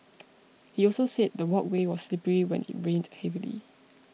he also said the walkway was slippery when it rained heavily